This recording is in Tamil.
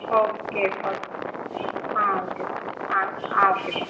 ஓகேப்பா ஆ ஓகே ஆ ஓகேப்பா